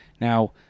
Now